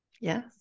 Yes